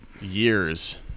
years